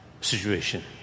Situation